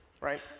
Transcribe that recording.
right